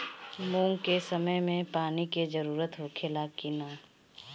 मूंग के समय मे पानी के जरूरत होखे ला कि ना?